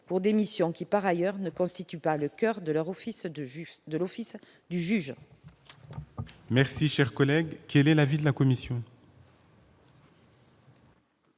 pour des missions qui, par ailleurs, ne constituent pas le coeur de l'office du juge. Quel est l'avis de la commission ?